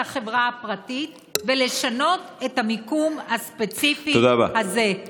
מול האינטרס הלגיטימי של החברה הפרטית ולשנות את המיקום הספציפי הזה.